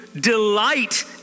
delight